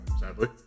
sadly